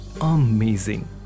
Amazing